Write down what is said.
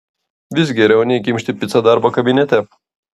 vis geriau nei kimšti picą darbo kabinete